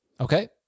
Okay